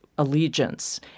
allegiance